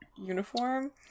uniform